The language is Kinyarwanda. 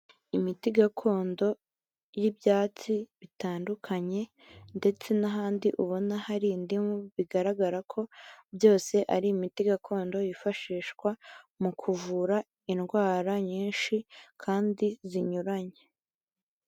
Imiti gakondo y'ibyatsi bitandukanye ndetse n'ahandi ubona hari indimu bigaragara ko byose ari imiti gakondo yifashishwa mu kuvura indwara nyinshi kandi zinyuranye.